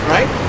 Right